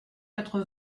quatre